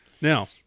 Now